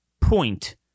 point